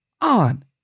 on